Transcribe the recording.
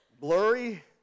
blurry